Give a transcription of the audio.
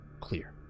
Clear